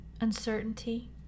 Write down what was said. uncertainty